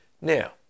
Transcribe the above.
Now